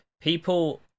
people